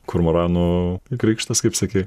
kormoranų krikštas kaip sakei